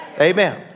Amen